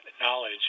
knowledge